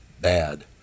Bad